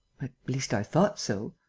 least, i thought so.